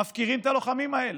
מפקירים את הלוחמים האלה.